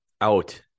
Out